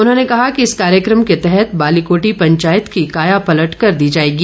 उन्होंने कहा कि इस कार्यक्रम के तहत बालीकोटी पंचायत की काया पल्ट कर दी जाएगी